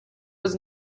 was